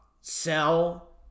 Sell